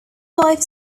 wife